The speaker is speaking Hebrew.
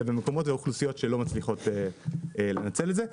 אלא במקומות שאוכלוסיות לא מצליחות לנצל את זה.